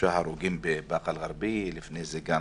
שלושה הרוגים בבאקה אל גרבייה, לפני זה גם